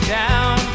down